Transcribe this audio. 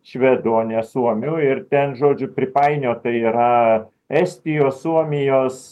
švedų o ne suomių ir ten žodžiu pripainiota yra estijos suomijos